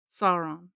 Sauron